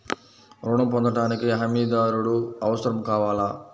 ఋణం పొందటానికి హమీదారుడు అవసరం కావాలా?